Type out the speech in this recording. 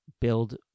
build